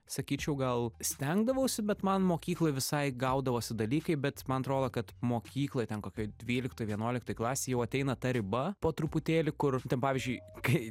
sakyčiau gal stengdavausi bet man mokykloj visai gaudavosi dalykai bet man atrodo kad mokykloj ten kokioj dvyliktoj vienuoliktoj klasėj jau ateina ta riba po truputėlį kur ten pavyzdžiui kai